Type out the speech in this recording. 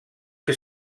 que